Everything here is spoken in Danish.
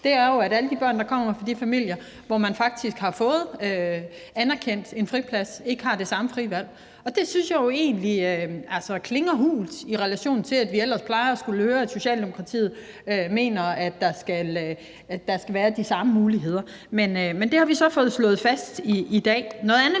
betyder jo, at alle de børn, der kommer fra de familier, hvor man faktisk har fået tilkendt en friplads, ikke har det samme frie valg. Det synes jeg jo egentlig klinger hult, i relation til at vi ellers plejer at skulle høre, at Socialdemokratiet mener, at der skal være de samme muligheder. Men det har vi så fået slået fast i dag. Noget andet,